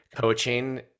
coaching